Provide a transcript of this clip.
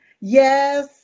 Yes